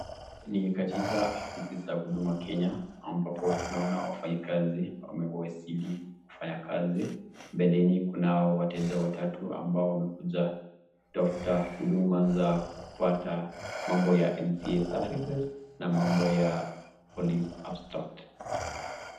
Ni katika afisi za huduma Kenya ambapo tunaona wafanyikazi wamewasili kufanya kazi, mbeleni kunao wateja watatu ambao wamekuja kutafuta huduma za kupata mambo ya [cs NCA services na mambo ya police abstract .